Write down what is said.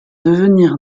devenir